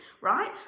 right